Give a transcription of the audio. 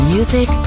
Music